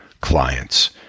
clients